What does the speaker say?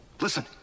Listen